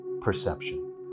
perception